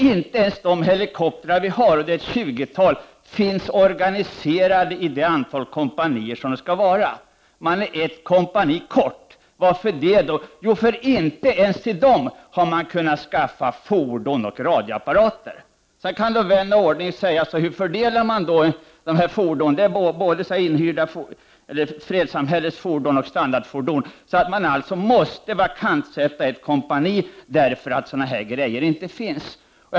Inte ens det tjugotal helikoptrar som vi har finns organiserade i det antal kompanier som det skall vara. Det är ett kompani för litet. Varför det då? Jo, inte ens här har man kunnat skaffa fordon och radioapparater. Sedan kan en vän av ordning säga: Hur fördelar man då fordonen? Det är både fredssamhällets fordon och standardfordon. Man måste alltså vakantsätta ett kompani, därför att det inte finns sådana här saker.